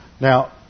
Now